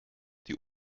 die